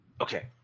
Okay